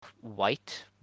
White